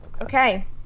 okay